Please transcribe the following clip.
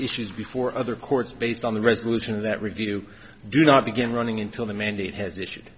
issues before other courts based on the resolution of that review do not begin running until the mandate has